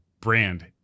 brand